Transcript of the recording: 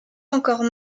encore